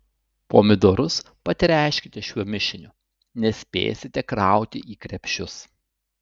pomidorus patręškite šiuo mišiniu nespėsite krauti į krepšius